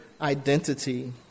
identity